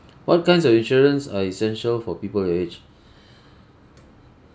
what kinds of insurance are essential for people your age